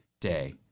day